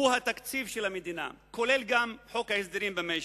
הוא התקציב של המדינה, כולל גם חוק ההסדרים במשק.